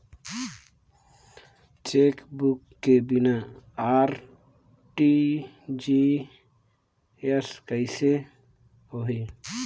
Chequebook के बिना RTGS कइसे होही?